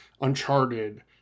Uncharted